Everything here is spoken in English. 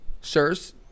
Sirs